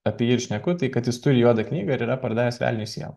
apie jį ir šneku tai kad jis turi juodą knygą ir yra pardavęs velniui sielą